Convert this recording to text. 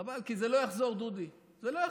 חבל, כי זה לא יחזור, דודי, זה לא יחזור.